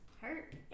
hurt